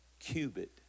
Cubit